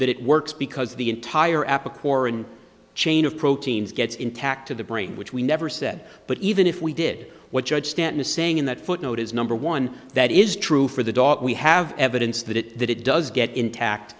that it works because the entire apple core and chain of proteins gets intact to the brain which we never said but even if we did what judge stanton is saying in that footnote is number one that is true for the dog we have evidence that it that it does get intact